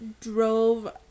drove